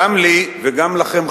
גם לי וגם לכם,